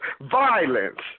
violence